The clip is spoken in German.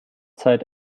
zeit